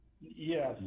Yes